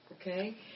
Okay